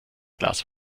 glas